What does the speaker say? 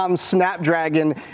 Snapdragon